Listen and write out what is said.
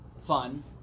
fun